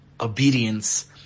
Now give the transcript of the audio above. obedience